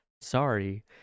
sorry